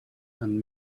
and